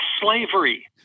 slavery